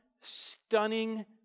stunning